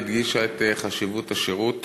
הדגישה את חשיבות השירות